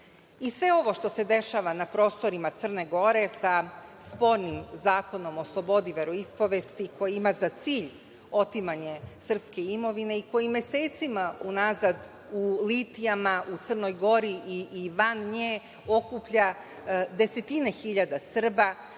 ovo što se dešava na prostorima Crne Gore sa spornim Zakonom o slobodi veroispovesti ima za cilj otimanje srpske imovine i koji mesecima unazad u litijama u Crnoj Gori i van nje okuplja desetine hiljada Srba,